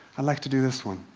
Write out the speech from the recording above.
i'd like to do this one.